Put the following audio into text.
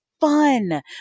fun